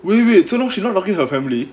wait wait so now she not talking to her family